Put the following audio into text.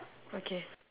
okay